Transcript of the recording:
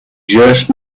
just